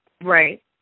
right